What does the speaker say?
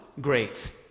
great